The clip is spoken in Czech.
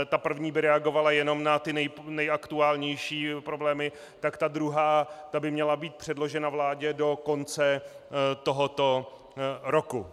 Ta první by reagovala jenom na ty nejaktuálnější problémy, ta druhá by měla být předložena vládě do konce tohoto roku.